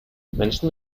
menschen